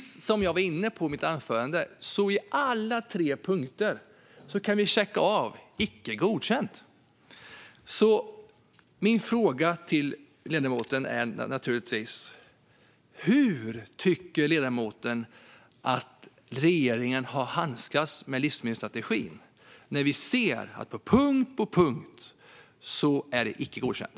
Som jag var inne på i mitt anförande kan vi på alla tre punkter checka av icke godkänt. Min fråga till ledamoten är hur hon tycker att regeringen har handskats med livsmedelsstrategin. Vi ser ju att på punkt efter punkt är det icke godkänt.